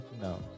No